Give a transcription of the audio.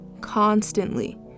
constantly